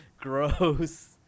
Gross